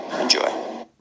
Enjoy